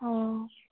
অঁ